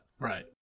Right